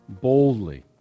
boldly